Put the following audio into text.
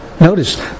Notice